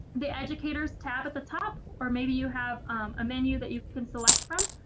the educators tab at the top or maybe you have a menu that you can select from.